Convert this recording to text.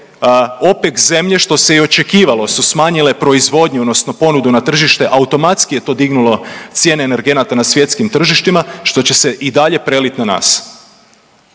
… zemlje što se i očekivalo su smanjile proizvodnu odnosno ponudu na tržište automatski je to dignulo cijene energenata na svjetskim tržištima što će se i dalje prelit na nas.